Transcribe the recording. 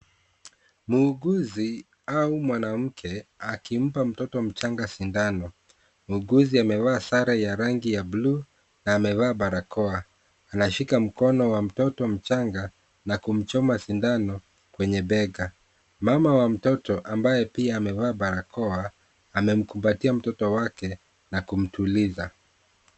Muuguzi au mwanamke akimpa mtoto mchanga sindano. Mwuguzi amevaa sare ya rangi ya buluu na amevaa barakoa. Anashika mkono wa mtoto mchanga na kumchoma sindano kwenye bega. Mama wa mtoto ambaye pia amevaa barakoa amemkumbatia mtoto wake na kumtuliza.